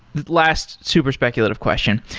last super speculative question,